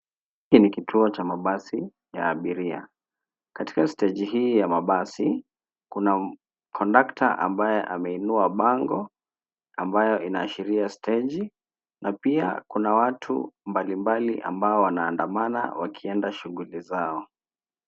Hiki ni kituo cha mabasi, ya abiria. Katika steji hii ya mabasi, kuna kondakta ambaye ameinua bango ambayo inaashiria steji na pia kuna watu mbalimbali ambao wanaandamana wakienda shughuli zao.